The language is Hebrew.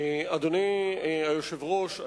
אדוני היושב-ראש,